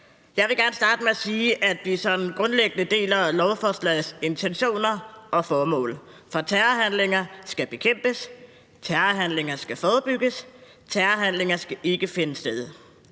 Jeg vil gerne starte med at sige, at vi grundlæggende deler lovforslagets intentioner og formål, for terrorhandlinger skal bekæmpes, terrorhandlinger skal forebygges, terrorhandlinger skal ikke finde sted.